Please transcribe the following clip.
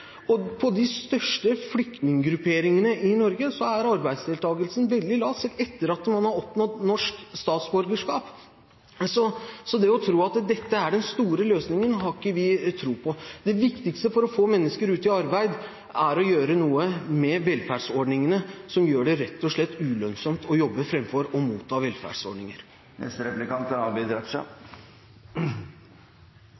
har. I de største flyktninggrupperingene i Norge er arbeidsdeltakelsen veldig lav, selv etter at man har oppnådd norsk statsborgerskap. At dette er den store løsningen, har ikke vi tro på. Det viktigste for få mennesker ut i arbeid er å gjøre noe med velferdsordningene, som rett og slett gjør det ulønnsomt å jobbe framfor å motta velferdsgoder. Representanten har malt fram et sterkt ensidig negativt bilde av innvandrere og framtiden – dommedagsaktig. Så er